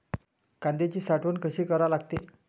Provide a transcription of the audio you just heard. कांद्याची साठवन कसी करा लागते?